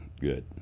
Good